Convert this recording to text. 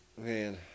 Man